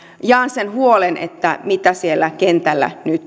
jaan sen huolen että mitä siellä kentällä nyt